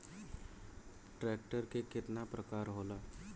Tractor के केतना प्रकार होला?